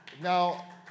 now